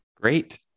Great